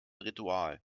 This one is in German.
ritual